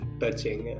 touching